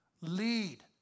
Lead